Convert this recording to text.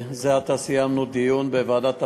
זה עתה סיימנו דיון בוועדת הפנים,